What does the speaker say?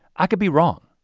i could be wrong.